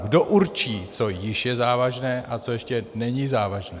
Kdo určí, co již je závažné a co ještě není závažné.